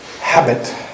habit